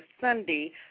Sunday